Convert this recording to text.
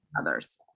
others